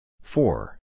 Four